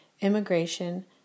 immigration